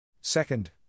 Second